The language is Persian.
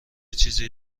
چیزی